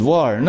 War